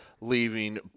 leaving